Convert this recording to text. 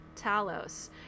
Talos